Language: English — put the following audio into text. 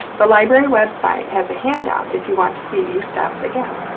the library website has a handout if you want to see these steps again.